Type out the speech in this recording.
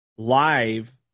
Live